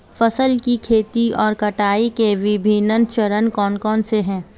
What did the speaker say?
फसल की खेती और कटाई के विभिन्न चरण कौन कौनसे हैं?